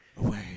away